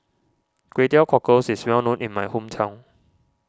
Kway Teow Cockles is well known in my hometown